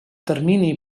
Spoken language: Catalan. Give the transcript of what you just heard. termini